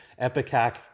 EpiCac